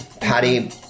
Patty